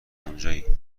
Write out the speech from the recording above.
اونجایی